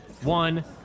One